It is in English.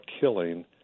killing